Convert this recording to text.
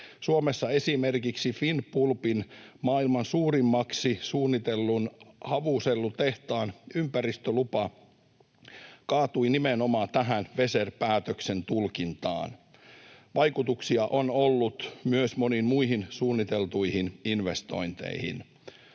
Suomessa esimerkiksi Finnpulpin maailman suurimmaksi suunnitellun havusellutehtaan ympäristölupa kaatui nimenomaan tähän Weser-päätöksen tulkintaan. Vaikutuksia on ollut myös moniin muihin suunniteltuihin investointeihin.